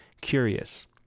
curious